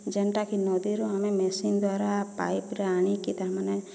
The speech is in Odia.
ଯେନ୍ଟା କି ନଦୀରୁ ଆମେ ମେସିନ୍ ଦ୍ଵାରା ପାଇପ୍ରେ ଆଣିକି ତାର୍ ମାନେ